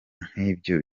nk’ibyo